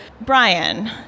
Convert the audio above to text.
Brian